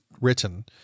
written